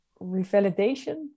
revalidation